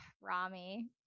Rami